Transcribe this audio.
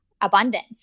abundance